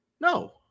No